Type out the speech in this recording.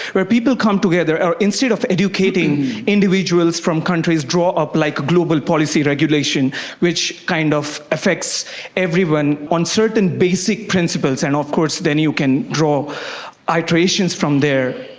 where people come together, or instead of educating individuals from countries draw up like global policy regulation which kind of affects everyone on certain basic principles, and of course then you can draw ah iterations from there,